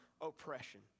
oppression